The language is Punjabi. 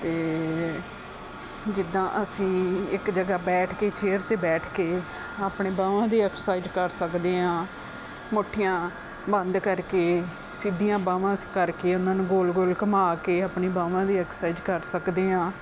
ਅਤੇ ਜਿੱਦਾਂ ਅਸੀਂ ਇੱਕ ਜਗ੍ਹਾ ਬੈਠ ਕੇ ਚੇਅਰ 'ਤੇ ਬੈਠ ਕੇ ਆਪਣੇ ਬਾਹਾਂ ਦੀ ਐਕਸਾਈਜ਼ ਕਰ ਸਕਦੇ ਹਾਂ ਮੁੱਠੀਆਂ ਬੰਦ ਕਰਕੇ ਸਿੱਧੀਆਂ ਬਾਹਾਂ ਸ ਕਰਕੇ ਉਹਨਾਂ ਨੂੰ ਗੋਲ ਗੋਲ ਘੁਮਾ ਕੇ ਆਪਣੀ ਬਾਹਾਂ ਦੀ ਐਕਸਾਈਜ਼ ਕਰ ਸਕਦੇ ਹਾਂ